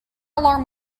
alarm